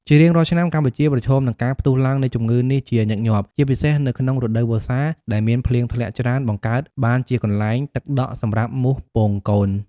ជារៀងរាល់ឆ្នាំ កម្ពុជាប្រឈមនឹងការផ្ទុះឡើងនៃជំងឺនេះជាញឹកញាប់ ជាពិសេសនៅក្នុងរដូវវស្សា ដែលមានភ្លៀងធ្លាក់ច្រើន បង្កើតបានជាកន្លែងទឹកដក់សម្រាប់មូសពងកូន។